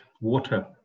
water